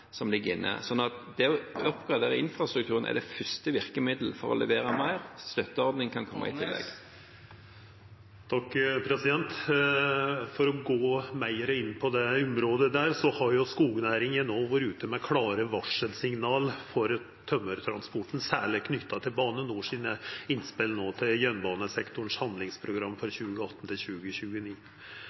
som ligger inne. Det å oppgradere infrastrukturen er det første virkemiddelet for å levere mer. Støtteordningen kan … Tiden er omme. For å gå meir inn på det området: Skognæringa har no vore ute med klare varselsignal om tømmertransporten, særleg knytte til Bane NORs innspel til Handlingsprogram for